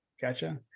gotcha